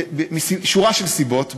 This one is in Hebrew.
משורה של סיבות,